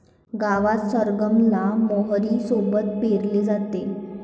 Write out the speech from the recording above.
गावात सरगम ला मोहरी सोबत पेरले जाते